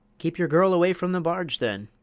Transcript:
keep your girl away from the barge, then.